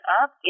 up